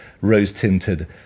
rose-tinted